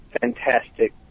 fantastic